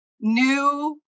new